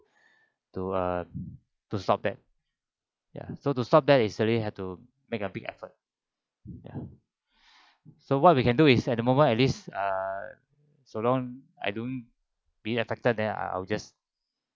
to uh to stop that ya so to stop that is really had to make a big effort ya so what we can do is at the moment at least err so long I don't be affected then I'll just